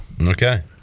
Okay